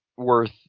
worth